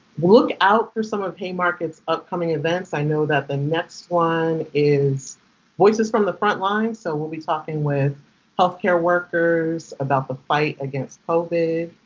look out for some of haymarket's upcoming events. i know that the next one is voices from the front lines. so we'll be talking with health care workers about the fight against covid.